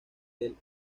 del